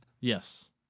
Yes